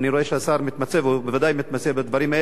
אחרי בית-קמה יש עוד צומת,